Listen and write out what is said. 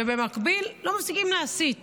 ובמקביל אתם לא מפסיקים להסית